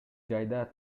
жайда